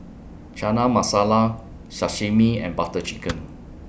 Chana Masala Sashimi and Butter Chicken